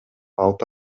алты